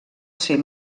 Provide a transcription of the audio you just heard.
ser